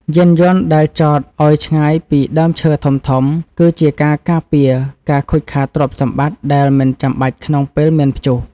យានយន្តដែលចតឱ្យឆ្ងាយពីដើមឈើធំៗ គឺជាការការពារការខូចខាតទ្រព្យសម្បត្តិដែលមិនចាំបាច់ក្នុងពេលមានព្យុះ។